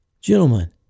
Gentlemen